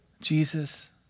Jesus